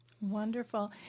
Wonderful